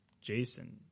Jason